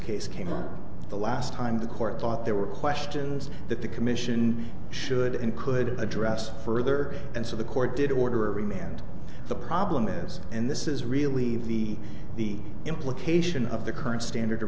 case came the last time the court thought there were questions that the commission should and could address further and so the court did order remand the problem is and this is really the the implication of the current standard